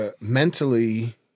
mentally